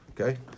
Okay